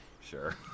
sure